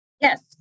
Yes